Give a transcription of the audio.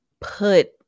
put